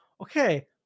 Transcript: Okay